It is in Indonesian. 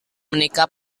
menikah